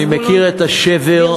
אני מכיר את השבר.